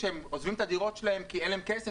כשהם עוזבים את הדירות שלהם כי אין להם כסף,